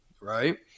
right